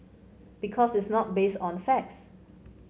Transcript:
because it's not based on the facts